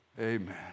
Amen